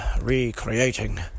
recreating